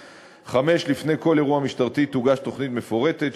5. לפני כל אירוע משטרתי תוגש תוכנית מפורטת,